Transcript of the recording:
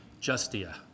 Justia